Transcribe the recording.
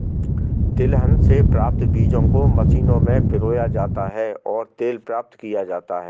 तिलहन से प्राप्त बीजों को मशीनों में पिरोया जाता है और तेल प्राप्त किया जाता है